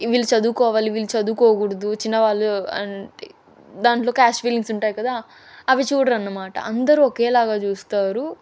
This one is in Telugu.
వీళ్ళు చదువుకోవాలి వీళ్ళు చదువుకోకూడదు చిన్న వాళ్ళు అం దాంట్లో క్యాస్ట్ ఫీలింగ్స్ ఉంటాయి కదా అవి చూడరనమాట అందరూ ఒకేలాగా చూస్తారు